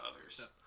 others